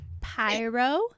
Pyro